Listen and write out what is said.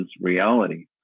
reality